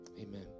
Amen